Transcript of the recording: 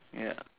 ya